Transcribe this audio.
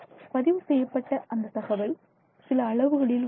பதிவு செய்யப்பட்ட அந்த தகவல் சில அளவுகளில் உள்ளது